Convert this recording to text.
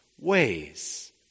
ways